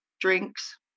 drinks